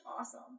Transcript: awesome